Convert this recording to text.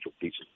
pieces